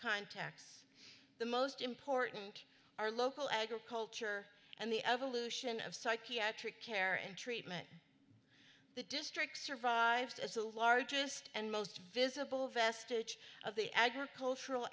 contacts the most important are local agriculture and the evolution of psychiatric care and treatment the district survives as the largest and most visible vestige of the agricultural